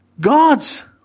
God's